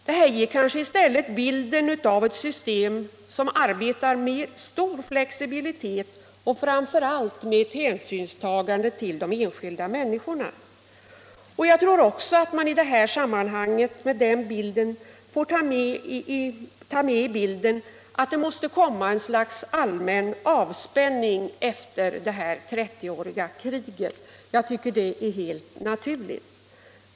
Det ger kanske i stället bilden av ett system som arbetar med stor flexibilitet och framför allt med ett hänsynstagande till de enskilda människorna. Jag tror också att man i det här sammanhanget får ta med i bilden att det måste komma ett slags allmän avspänning efter det 30-åriga kriget. Det är helt naturligt.